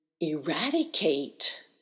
eradicate